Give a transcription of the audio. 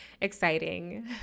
exciting